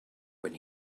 when